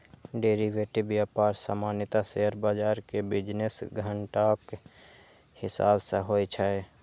derivative व्यापार सामान्यतः share बाजार के बिजनेस घंटाक हिसाब सं होइ छै